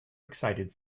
excited